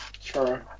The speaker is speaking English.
Sure